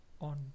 on